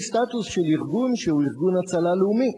סטטוס של ארגון שהוא ארגון הצלה לאומי?